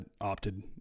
opted